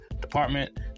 department